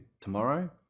tomorrow